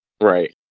Right